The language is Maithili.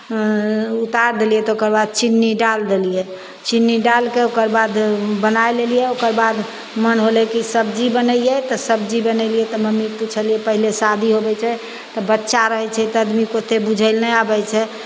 उतारि देलियै तऽ ओकर बाद चीनी डालि देलियै चीनी डालि कऽ ओकर बाद बनाए लेलियै ओकर बाद मन होलय कि सबजी बनैयै तऽ सबजी बनेलियै तऽ मम्मीकेँ पुछलियै पहिले शादी होवै छै तऽ बच्चा रहै छै तऽ आदमीकेँ ओतेक बूझय लए नहि आबै छै